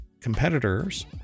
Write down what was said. competitors